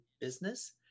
business